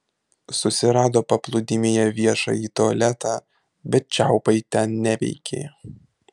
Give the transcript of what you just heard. susirado paplūdimyje viešąjį tualetą bet čiaupai ten neveikė